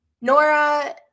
Nora